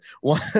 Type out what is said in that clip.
one